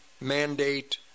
mandate